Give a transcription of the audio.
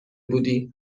بودی